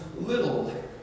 little